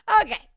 Okay